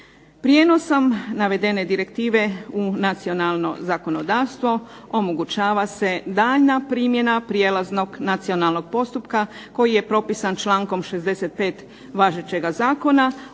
Prijenosom navedene direktive u nacionalno zakonodavstvo omogućava se daljnja primjena prijelaznog nacionalnog postupka koji je propisan člankom 65. važećeg zakona